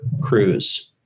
cruise